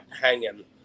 hanging